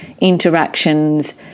interactions